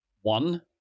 one